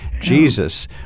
Jesus